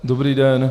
Dobrý den.